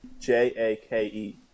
J-A-K-E